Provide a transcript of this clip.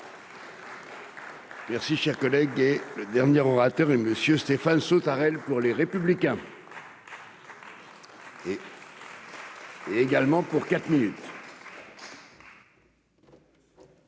Merci, cher collègue, et le dernier orateur, monsieur Stéphane Sautarel pour les républicains. Et également pour quatre minutes.